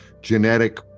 genetic